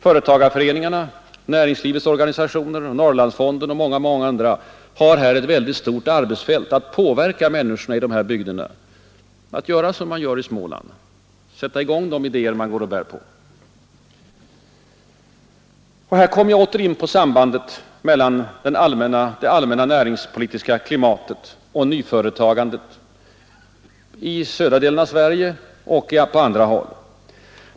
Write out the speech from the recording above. Företagarföreningarna, näringslivets organisationer, Norrlandsfonden och många andra har här ett väldigt stort arbetsfält att påverka människorna i dessa bygder att göra som man gör i Småland: sätta i gång de idéer man går och bär på. Och här kommer jag åter in på sambandet mellan det allmänna näringspolitiska klimatet och nyföretagandet i södra delen av Sverige och på andra håll.